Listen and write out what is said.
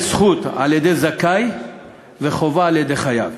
זכות על-ידי זכאי וחובה על-ידי חייב.